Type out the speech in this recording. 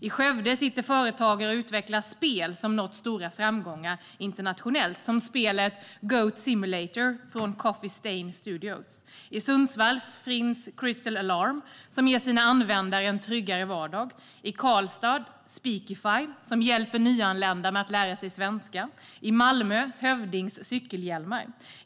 I Skövde sitter företagare och utvecklar spel som nått stora framgångar internationellt, som spelet Goat Simulator från Coffee Stain Studios. I Sundsvall finns Crystal Alarm som ger sina användare en tryggare vardag. I Karlstad finns Speakify som hjälper nyanlända att lära sig svenska. I Malmö finns Hövding, som tillverkar cykelhjälmar.